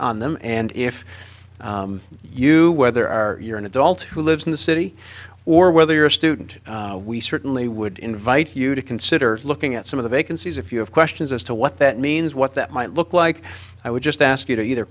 on them and if you where there are you're an adult who lives in the city or whether you're a student we certainly would invite you to consider looking at some of the vacancies if you have questions as to what that means what that might look like i would just ask you to either